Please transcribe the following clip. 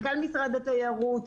מנכ"ל משרד התיירות,